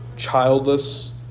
childless